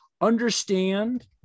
understand